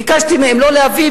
ביקשתי מהם לא להביא,